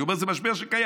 אני אומר שזה משבר שקיים.